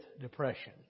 depression